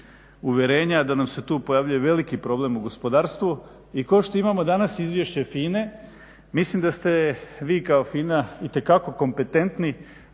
uvjerenja da nam se tu pojavljuje veliki problem u gospodarstvu i kao što imamo danas izvješće FINA-e mislim da ste vi kao FINA itekako kompetentni